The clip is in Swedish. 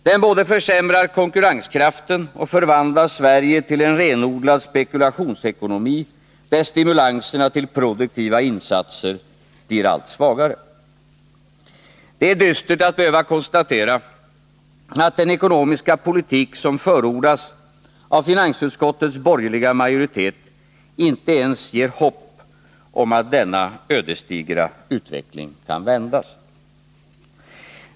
Den både försämrar konkurrenskraften och förvandlar Sverige till en renodlad spekulationsekonomi, där stimulanserna till produktiva insatser blir allt svagare. Det är dystert att behöva konstatera att den ekonomiska politik, som förordas av finansutskottets borgerliga majoritet, inte ger ens hopp om att denna ödesdigra utveckling kan vändas.